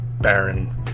barren